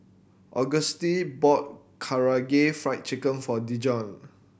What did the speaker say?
Auguste bought Karaage Fried Chicken for Dijon